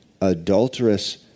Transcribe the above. adulterous